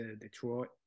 Detroit